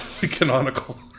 Canonical